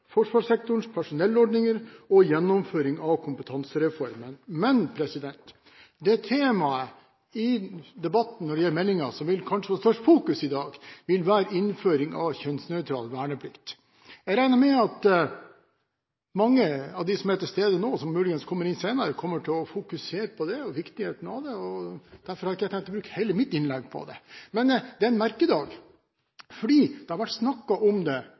personellordninger og gjennomføring av kompetansereformen. Det temaet i meldingen som det kanskje vil bli fokusert mest på i debatten i dag, er innføring av kjønnsnøytral verneplikt. Jeg regner med at mange av dem som er til stede nå – og de som muligens kommer senere – vil fokusere på viktigheten av det. Derfor har jeg ikke tenkt å bruke hele mitt innlegg på det. Dette er en merkedag. Det har vært snakket om